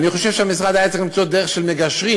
אני חושב שהמשרד היה צריך למצוא דרך של מגשרים,